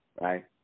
Right